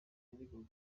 yaregwaga